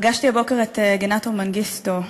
פגשתי הבוקר את גנטו מנגיסטו,